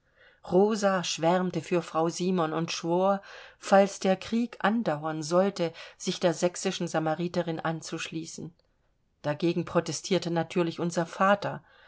rosa schwärmte für frau simon und schwor falls der krieg andauern sollte sich der sächsischen samariterin anzuschließen dagegen protestierte natürlich unser vater